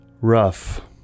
Rough